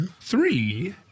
Three